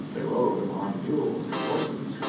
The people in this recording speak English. they rode upon mules and horses,